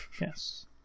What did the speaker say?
Yes